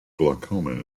glaucoma